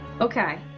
Okay